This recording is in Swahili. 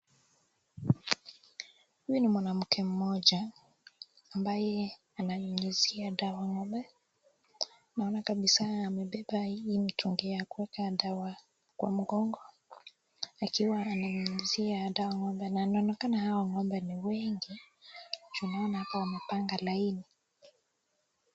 Huyu ni mwanamke Mmoja ambaye ananyunyizia dawa ngombe. Ninamwona kabisa amebeba chupa ya kunyunyizia dawa kwa mgongo akiwa ananyunyizia dawa ngombe na inaonekana Hawa ngombe ni wengi na ninaona hapo wamepanga laini.